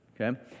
Okay